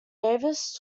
davis